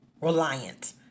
reliant